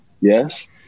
Yes